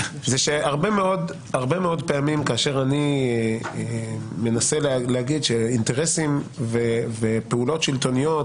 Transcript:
זה שהרבה מאוד פעמים כאשר אני מנסה להגיד שאינטרסים ופעולות שלטוניות